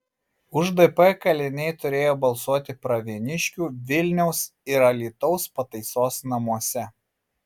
už dp kaliniai turėjo balsuoti pravieniškių vilniaus ir alytaus pataisos namuose